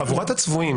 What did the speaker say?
חבורת הצבועים